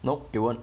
no it won't